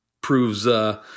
proves –